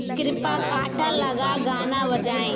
कृपया काँटा लगा गाना बजाएँ